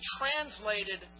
translated